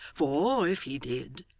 for, if he did,